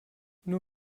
nur